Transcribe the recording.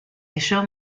ello